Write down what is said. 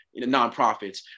nonprofits